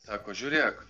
sako žiūrėk